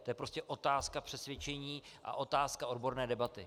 To je prostě otázka přesvědčení a otázka odborné debaty.